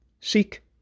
seek